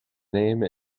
name